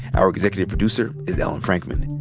our executive producer is ellen frankman.